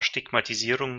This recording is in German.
stigmatisierung